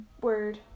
word